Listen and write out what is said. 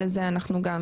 על זה אנחנו גם